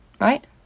right